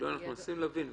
לא, אנחנו מנסים להבין.